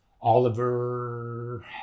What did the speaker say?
Oliver